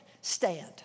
stand